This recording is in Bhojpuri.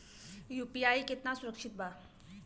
यू.पी.आई कितना सुरक्षित बा?